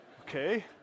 Okay